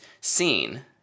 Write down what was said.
seen